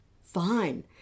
Fine